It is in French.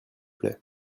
plait